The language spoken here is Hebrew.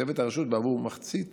מתוקצבת הרשות בעבור חצי